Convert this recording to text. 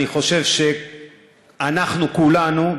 אני חושב שאנחנו כולנו,